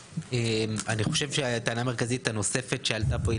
אני חושב שהטענה המרכזית הנוספת שעלתה פה היא